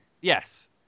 yes